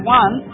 one